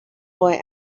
boy